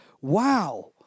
wow